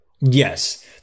Yes